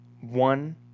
one